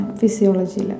physiology